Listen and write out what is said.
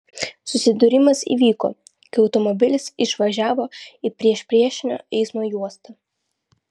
susidūrimas įvyko kai automobilis išvažiavo į priešpriešinio eismo juostą